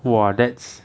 !wah! that's